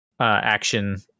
action